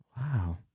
Wow